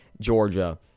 Georgia